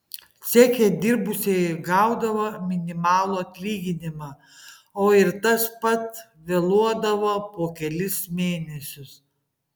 ceche dirbusieji gaudavo minimalų atlyginimą o ir tas pats vėluodavo po kelis mėnesius